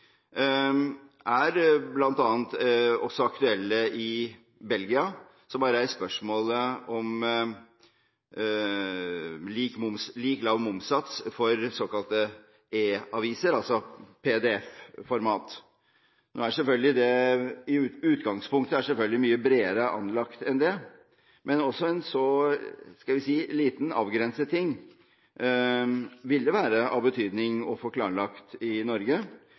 også aktuelle i Belgia. Der har man reist spørsmålet om lik lav momssats for såkalte e-aviser – altså PDF-formatet. Utgangspunktet er selvfølgelig mye bredere anlagt enn det, men en så – skal jeg si – avgrenset ting vil være av betydning å få klarlagt i Norge,